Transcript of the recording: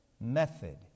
method